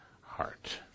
heart